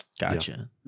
Gotcha